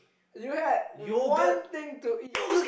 you had one thing to eat